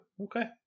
Okay